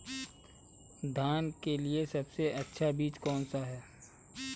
धान के लिए सबसे अच्छा बीज कौन सा है?